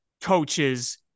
coaches